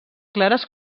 clares